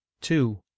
Two